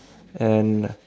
and